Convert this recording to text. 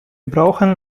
brauchen